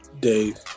Dave